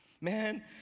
Man